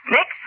Nick